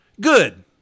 Good